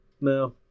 No